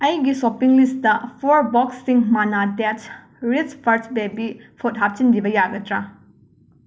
ꯑꯩꯒꯤ ꯁꯣꯄꯤꯡ ꯂꯤꯁꯇꯥ ꯐꯣꯔ ꯕꯣꯛꯁꯁꯤꯡ ꯃꯥꯟꯅꯥ dates rich first baby food ꯍꯥꯞꯆꯤꯟꯕꯤꯕ ꯌꯥꯒꯗ꯭ꯔꯥ